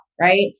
right